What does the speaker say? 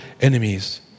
enemies